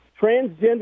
transgender